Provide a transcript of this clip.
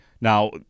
Now